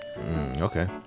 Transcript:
Okay